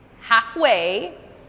Halfway